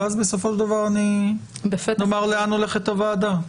ואז, בסופו של דבר, נאמר לאן הולכת הוועדה.